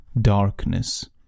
darkness